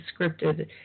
scripted